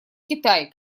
китай